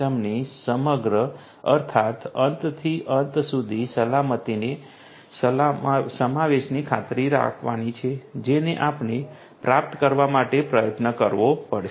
તેથી હોરિઝોન્ટલ અને વર્ટિકલ સુરક્ષાને સમાવિષ્ટ કરીને આખી સિસ્ટમની સમગ્ર અર્થાત અંત થી અંત સુધી સલામતીને સમાવેશની ખાતરી આપવાની છે જેને આપણે પ્રાપ્ત કરવા માટે પ્રયત્ન કરવો પડશે